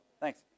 Thanks